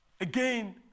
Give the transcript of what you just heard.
Again